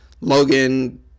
Logan